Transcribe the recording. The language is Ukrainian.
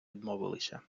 відмовилися